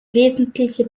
wesentliche